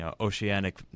oceanic